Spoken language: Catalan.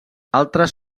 altres